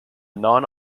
non